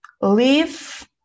leave